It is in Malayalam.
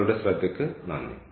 നിങ്ങളുടെ ശ്രദ്ധയ്ക്ക് നന്ദി